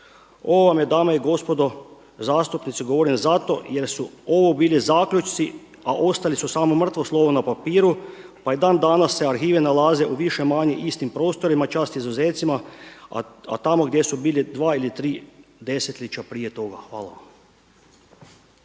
Ovo vam dame i gospodo zastupnici govorim zato jer su ovo bili zaključci a ostali su samo mrtvo slovo na papiru. Pa i dan danas se arhivi nalaze u više-manje istim prostorima, čast izuzecima a tamo gdje su bili dva ili tri desetljeća prije toga. Hvala